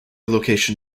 location